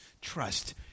trust